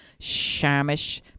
shamish